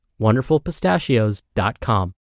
wonderfulpistachios.com